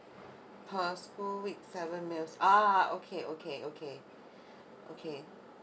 per school week seven meals ah okay okay okay okay